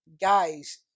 guys